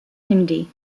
hindi